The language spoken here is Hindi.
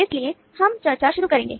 इसलिए हम चर्चा शुरू करेंगे